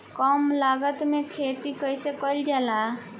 कम लागत में खेती कइसे कइल जाला?